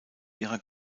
ihrer